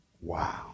Wow